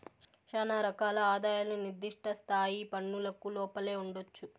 శానా రకాల ఆదాయాలు నిర్దిష్ట స్థాయి పన్నులకు లోపలే ఉండొచ్చు